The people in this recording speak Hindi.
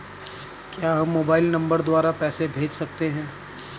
क्या हम मोबाइल नंबर द्वारा पैसे भेज सकते हैं?